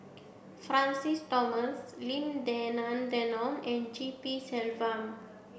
Francis Thomas Lim Denan Denon and G P Selvam